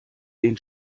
den